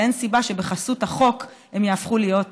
ואין סיבה שבחסות החוק הם יהפכו להיות כאלה.